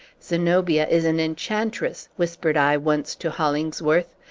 zenobia is an enchantress! whispered i once to hollingsworth.